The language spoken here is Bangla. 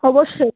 অবশ্যই